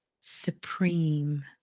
supreme